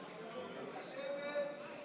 כולם לשבת, לשבת.